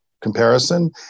comparison